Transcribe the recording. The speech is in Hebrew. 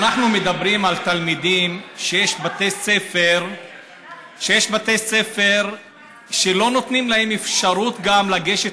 אנחנו מדברים על תלמידים שיש בתי ספר שגם לא נותנים להם אפשרות לגשת